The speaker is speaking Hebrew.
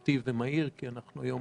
תכליתי ומהיר, כי אנחנו היום